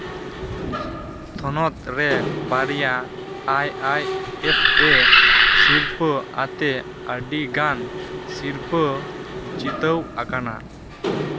ᱛᱷᱚᱱᱚᱛ ᱨᱮ ᱵᱟᱨᱭᱟ ᱟᱭ ᱟᱭ ᱮᱥ ᱮ ᱥᱤᱨᱯᱟᱹ ᱟᱛᱮ ᱟᱹᱰᱤᱜᱟᱱ ᱥᱤᱨᱯᱟᱹ ᱡᱤᱛᱟᱹᱣ ᱟᱠᱟᱱᱟ